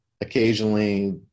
Occasionally